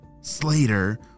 Slater